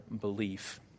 belief